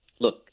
look